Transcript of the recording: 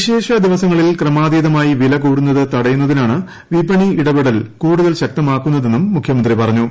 വിശേഷ ദിവസങ്ങളിൽ ക്രമാതീതമായി വില കൂടുന്നത് തടയുന്നതിനാണ് വിപണി ഇടപെടൽ കൂടുതൽ ശക്തമാക്കുന്നതെന്നും മുഖ്യമന്ത്രി പറഞ്ഞു